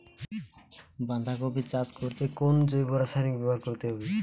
বাঁধাকপি চাষ করতে কোন জৈব রাসায়নিক ব্যবহার করতে হবে?